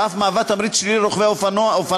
ואף מהווה תמריץ שלילי לרוכבי האופניים